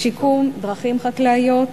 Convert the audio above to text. שיקום דרכים חקלאיות,